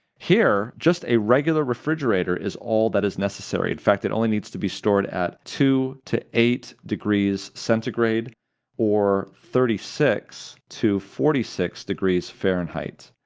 here, just a regular refrigerator is all that is necessary. in fact, it only needs to be stored at two to eight degrees centrigrade or thirty six to forty six degrees fahrenheit.